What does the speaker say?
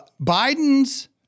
Biden's